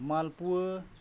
ᱢᱟᱞᱯᱩᱣᱟ